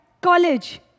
college